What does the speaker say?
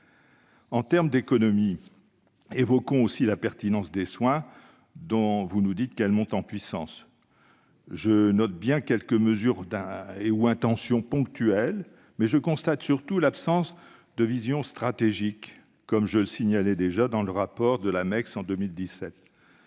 En matière d'économies, évoquons aussi la pertinence des soins, dont vous nous dites qu'elle monte en puissance. Je note bien quelques mesures ou intentions ponctuelles, mais je constate surtout l'absence de vision stratégique, que je signalais déjà dans le rapport de la mission